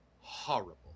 horrible